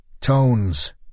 Tones